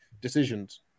decisions